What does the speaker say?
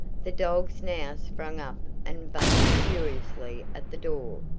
the dogs now sprung up and barked furiously at the door,